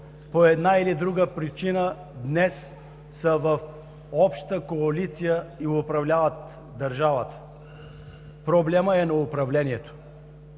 по една или друга причина днес са в обща коалиция и управляват държавата. Проблемът е на управлението.